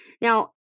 Now